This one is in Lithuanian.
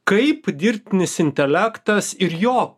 kaip dirbtinis intelektas ir jo